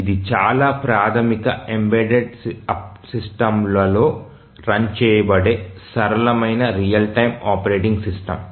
ఇది చాలా ప్రాథమిక ఎంబెడెడ్ సిస్టమ్లలో రన్ చేయబడే సరళమైన రియల్ టైమ్ ఆపరేటింగ్ సిస్టమ్